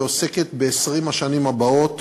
היא עוסקת ב-20 השנים הבאות,